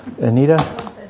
Anita